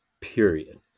period